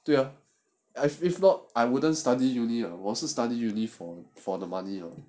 对 ah as if not I wouldn't study university was to study university for the money you know